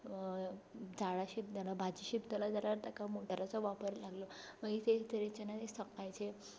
झाडां शिंपतलो भाजी शिंपतलो जाल्यार ताका मोटराचो वापर लागलो मागीर ते सकाळचे